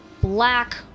black